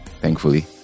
Thankfully